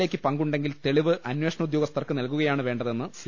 A യ്ക്ക് പങ്കുണ്ടെങ്കിൽ തെളിവ് അന്വേഷണോദ്യഗസ്ഥർക്ക് നൽകുകയാണ് വേണ്ടതെന്ന് സി